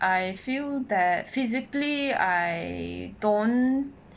I feel that physically I don't